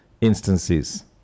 instances